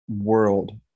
world